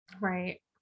right